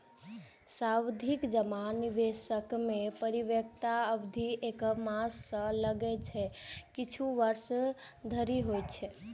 सावाधि जमा निवेश मे परिपक्वता अवधि एक मास सं लए के किछु वर्ष धरि होइ छै